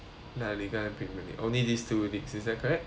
La Liga and premier league only these two leagues is that correct